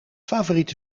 favoriete